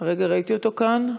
הרגע ראיתי אותו כאן.